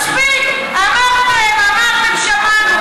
מספיק, אמרתם, אמרתם, שמענו.